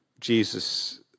Jesus